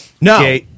No